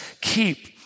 keep